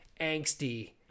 angsty